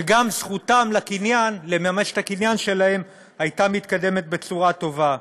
וגם זכותם לממש את הקניין שלהם הייתה מתקדמת בצורה טובה.